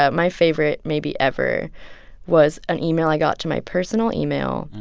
ah my favorite maybe ever was an email i got to my personal email,